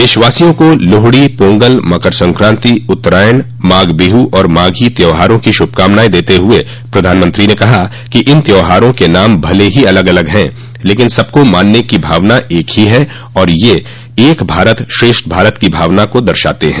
देशवासियों को लोहड़ी पोंगल मकर संक्रांति उत्तरायण माघ बिहू और माघी त्योहारों की श्भकामनाएं देते हुए प्रधानमंत्री ने कहा कि इन त्योहारों के नाम भले ही अलग अलग हैं लेकिन सबको मनाने की भावना एक ही है और ये एक भारत श्रेष्ठ भारत की भावना को दर्शाते हैं